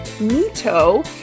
NITO